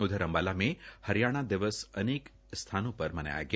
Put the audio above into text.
उधर अम्बाला में हरियाणा दिवस अनेक स्थानों पर मनाया गया